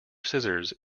scissors